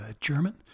German